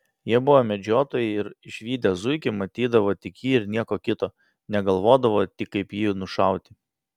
jie buvo medžiotojai ir išvydę zuikį matydavo tik jį ir nieko kito negalvodavo tik kaip jį nušauti